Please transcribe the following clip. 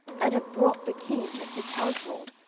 and have brought the king, and his household,